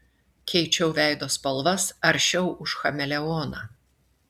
keičiau veido spalvas aršiau už chameleoną